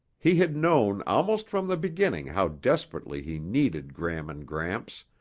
he had known almost from the beginning how desperately he needed gram and gramps,